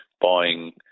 buying